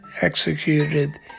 executed